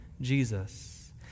Jesus